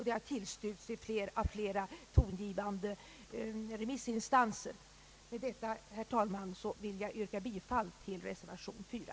Det har tillstyrkts av flera tongivande remissinstanser. Med detta, herr talman, vill jag yrka bifall till reservation 4.